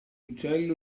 uccello